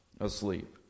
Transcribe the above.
asleep